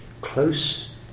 close